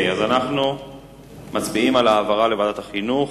אם כך, אנחנו מצביעים על העברה לוועדת החינוך.